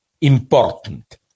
important